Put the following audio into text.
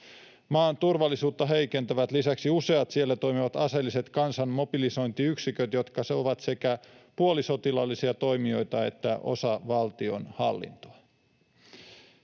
Maan turvallisuutta heikentävät lisäksi useat siellä toimivat aseelliset kansan mobilisointiyksiköt, jotka ovat sekä puolisotilaallisia toimijoita että osa valtionhallintoa.